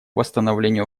восстановлению